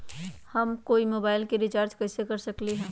हम कोई मोबाईल में रिचार्ज कईसे कर सकली ह?